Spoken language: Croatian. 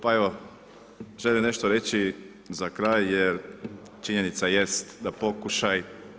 Pa evo, želim nešto reći za kraj jer činjenica jest da pokušaj